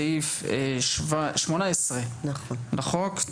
סעיף 18 לחוק.